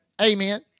Amen